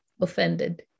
offended